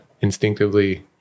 instinctively